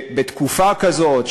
בתקופה כזאת,